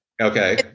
Okay